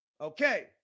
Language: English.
Okay